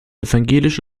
evangelisch